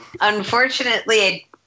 Unfortunately